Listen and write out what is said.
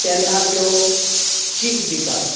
तेन्ना त्यो दीक दितात